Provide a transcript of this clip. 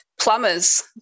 plumbers